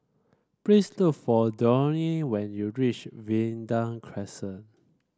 please look for Dwyane when you reach Vanda Crescent